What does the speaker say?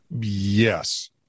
Yes